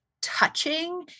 touching